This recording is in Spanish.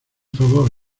favor